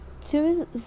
two